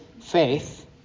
faith